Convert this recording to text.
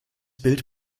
bild